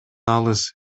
алыс